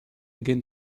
again